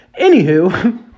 Anywho